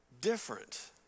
different